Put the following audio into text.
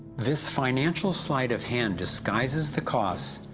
this financial sleight of hand disguises the cost,